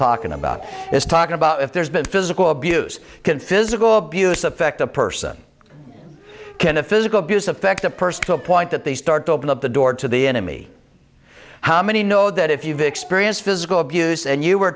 talking about is talking about if there's been physical abuse can physical abuse affect a person can a physical abuse affect a person to a point that they start to open up the door to the enemy how many know that if you've experienced physical abuse and you were